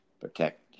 protect